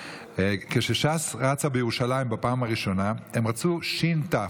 כשש"ס רצה בירושלים בפעם הראשונה, הם רצו ש"ת,